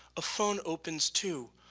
a phone opens to,